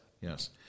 Yes